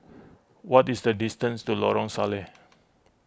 what is the distance to Lorong Salleh